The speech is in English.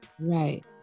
Right